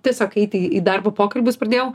tiesiog eiti į darbo pokalbius pradėjau